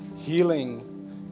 healing